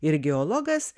ir geologas